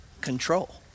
control